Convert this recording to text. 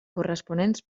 corresponents